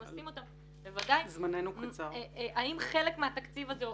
אבל האם חלק מהתקציב הזה,